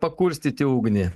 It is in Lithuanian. pakurstyti ugnį